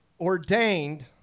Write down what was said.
ordained